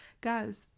guys